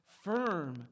firm